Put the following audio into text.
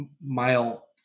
mile